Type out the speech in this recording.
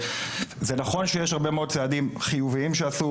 זה נכון שיש הרבה מאוד צעדים חיוביים שעשו,